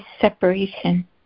separation